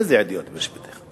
איזה עדויות יש בידיך?